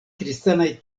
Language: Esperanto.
kristanaj